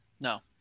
No